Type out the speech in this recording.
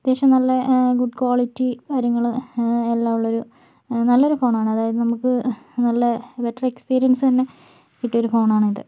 അത്യാവശ്യം നല്ല good quality കാര്യങ്ങൾ എല്ലാം ഉള്ളൊരു നല്ലൊരു ഫോണാണ് അതായത് നമുക്ക് നല്ല ബെറ്റർ എക്സ്പീരിയൻസ് തന്നെ കിട്ടിയൊരു ഫോണാണിത്